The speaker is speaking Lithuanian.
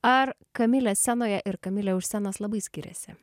ar kamilė scenoje ir kamilė už scenos labai skiriasi